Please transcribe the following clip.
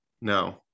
No